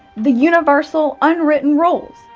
the universal unwritten rules.